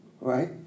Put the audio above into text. right